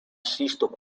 sisto